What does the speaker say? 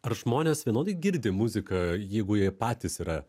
ar žmonės vienodai girdi muziką jeigu jie patys yra